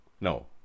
No